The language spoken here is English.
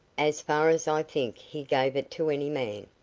as far as i think he gave it to any man.